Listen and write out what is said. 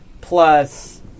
plus